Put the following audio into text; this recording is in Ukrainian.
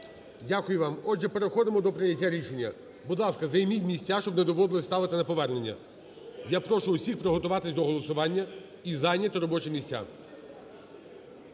Дякую вам. Отже, переходимо до прийняття рішення. Будь ласка, займіть місця, щоб не доводилось ставити на повернення. Я прошу усіх приготуватись до голосування і зайняти робочі місця.